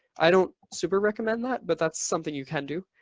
i don't super recommend that, but that's something you can do.